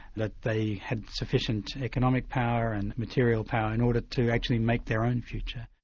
that they had sufficient economic power and material power in order to actually make their own future.